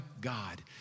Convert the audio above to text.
God